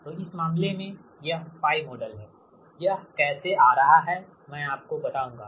तो इस स्थिति में यह π मॉडल हैयह कैसे आ रहा है मैं आपको बताऊंगा